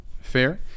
Fair